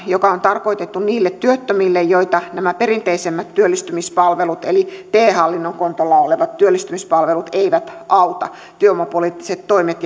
joka on tarkoitettu niille työttömille joita nämä perinteisemmät työllistymispalvelut eli te hallinnon kontolla olevat työllistymispalvelut eivät auta työvoimapoliittiset toimet